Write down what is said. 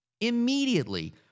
Immediately